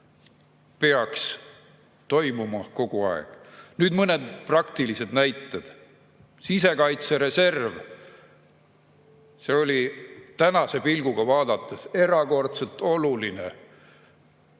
peaks toimuma kogu aeg. Nüüd mõned praktilised näited. Sisekaitsereserv. See oli tänase pilguga vaadates erakordselt oluline.